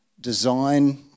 design